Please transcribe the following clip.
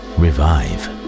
revive